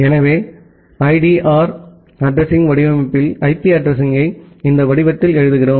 எனவே ஐடிஆர் அட்ரஸிங்வடிவமைப்பில் ஐபி அட்ரஸிங்யை இந்த வடிவத்தில் எழுதுகிறோம்